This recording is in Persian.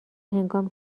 هنگام